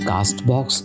Castbox